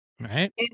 Right